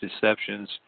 deceptions